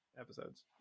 episodes